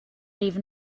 even